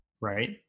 right